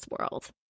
world